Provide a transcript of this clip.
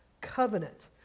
Covenant